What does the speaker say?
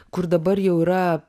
kur dabar jau yra